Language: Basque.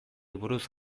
buruz